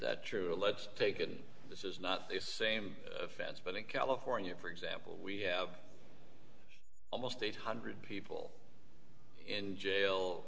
that true let's take it this is not the same offense but in california for example we have almost eight hundred people in jail